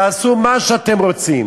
תעשו מה שאתם רוצים,